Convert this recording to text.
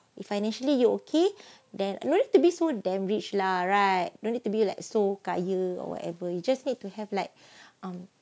if financially you okay then no need to be so damn rich lah right no need to be like so kaya or whatever you just need to have like um